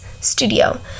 studio